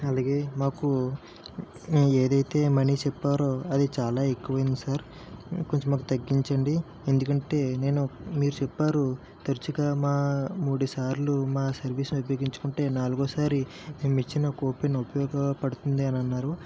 అలాగే మాకు ఏదైతే మనీ చెప్పారో అది చాలా ఎక్కువ అయింది సార్ కొంచెం మాకు తగ్గించండి ఎందుకంటే నేను మీరు చెప్పారు తరచుగా మా మూడుసార్లు మా సర్వీస్ ఉపయోగించుకుంటే నాలుగో సారి మేము ఇచ్చిన కూపన్ ఉపయోగపడుతుంది అని అన్నారు